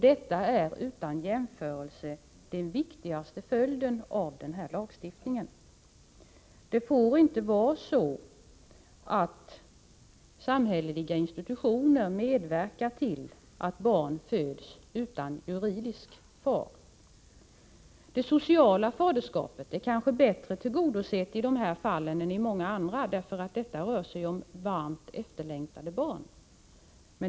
Detta är den utan jämförelse viktigaste följden av en lagstiftning på detta område. Samhälleliga institutioner får inte medverka till att barn föds utan juridisk far. Det sociala faderskapet är kanske bättre tillgodosett i de här fallen än i många andra. Här rör det sig ju om varmt efterlängtade barn.